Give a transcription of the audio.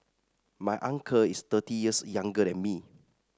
my uncle is thirty years younger than me